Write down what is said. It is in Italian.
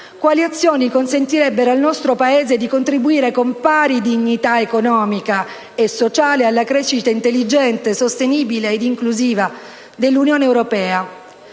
Quali azioni consentirebbero al nostro Paese di contribuire con pari dignità economica e sociale alla crescita intelligente, sostenibile e inclusiva dell'Unione europea?